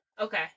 Okay